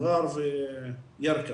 מראר וירכא.